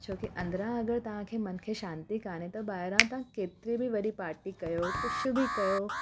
छोकी अंदरां अगरि तव्हांखे मन खे शांति कोन्हे त ॿाहिरां तव्हां केतिरी बि वॾी पाटी कयो कुझु बि कयो